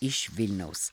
iš vilniaus